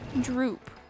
Droop